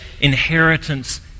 inheritance